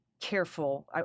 careful